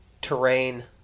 terrain